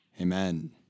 amen